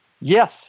yes